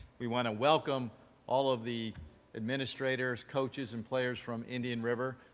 we want to welcome all of the administrator, coaches and players from indian river.